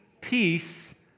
peace